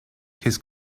his